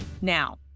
Now